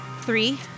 Three